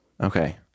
okay